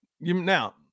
Now